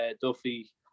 Duffy